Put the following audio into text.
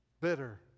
bitter